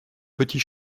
petit